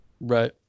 Right